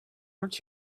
arts